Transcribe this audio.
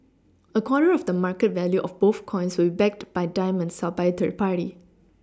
a quarter of the market value of both coins will be backed by diamonds held by a third party